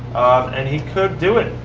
and he could do it.